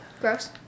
Gross